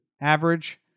average